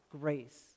grace